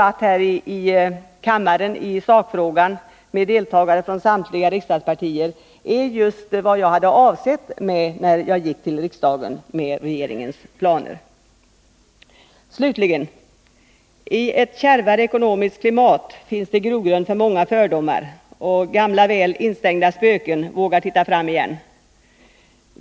Att här i kammaren få en debatt i sakfrågan med deltagare från samtliga riksdagspartier var just vad jag avsåg, när jag för riksdagen framlade regeringens planer. Och det har vi ju också fått. Slutligen: I ett kärvare ekonomiskt klimat finns det grogrund för många fördomar, och gamla väl instängda spöken vågar titta fram igen.